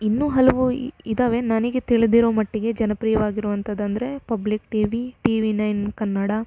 ಇನ್ನೂ ಹಲವು ಇದ್ದಾವೆ ನನಗೆ ತಿಳಿದಿರೋ ಮಟ್ಟಿಗೆ ಜನಪ್ರಿಯವಾಗಿರುವಂಥದ್ದಂದ್ರೆ public T V T V nine Kannada